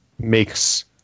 makes